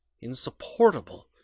insupportable